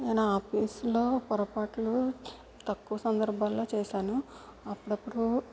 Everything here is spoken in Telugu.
నేను ఆఫీసులో పొరపాట్లు తక్కువ సందర్భాల్లో చేశాను అప్పుడప్పుడు